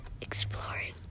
exploring